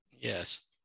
Yes